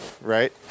right